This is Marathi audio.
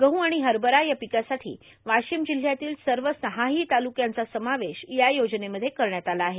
गहू आर्ाण हरभरा या र्पकासाठी वर्ाशम जिल्ह्यातील सव सहाही तालुक्यांचा समावेश या योजनेमध्ये करण्यात आला आहे